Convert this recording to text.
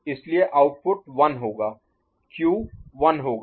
इसलिए आउटपुट 1 होगा क्यू 1 होगा